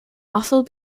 also